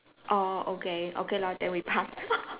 orh okay okay lah then we pass